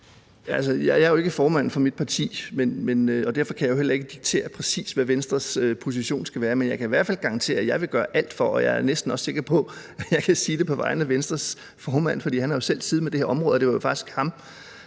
ikke formand for mit parti, og derfor kan jeg jo heller ikke diktere præcis, hvad Venstres position skal være, men jeg kan i hvert fald garantere, at jeg vil gøre alt for det. Jeg er næsten også sikker på, at jeg kan sige på vegne af Venstres formand, fordi han jo selv har siddet med det her område og faktisk var